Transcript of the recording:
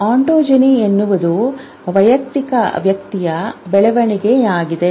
ontogeny ಎನ್ನುವುದು ವೈಯಕ್ತಿಕ ವ್ಯಕ್ತಿಯ ಬೆಳವಣಿಗೆಯಾಗಿದೆ